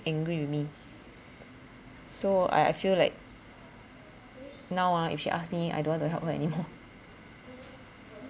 angry with me so I I feel like now ah if she ask me I don't want to help her anymore